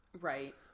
Right